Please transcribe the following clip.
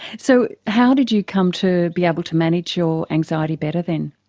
so how did you come to be able to manage your anxiety better than?